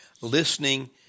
listening